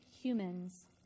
humans